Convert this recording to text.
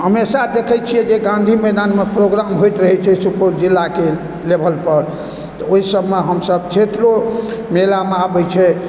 हमेशा देखै छियै जे गाँधी मैदानमे प्रोग्राम होइत रहै छै सुपौल जिलाके लेवलपर तऽ ओइ सबमे हमसब क्षेत्रो मेलामे आबै छै